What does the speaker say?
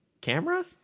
camera